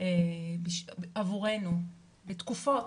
עבורנו בתקופות,